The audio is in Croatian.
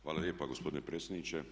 Hvala lijepa gospodine predsjedniče.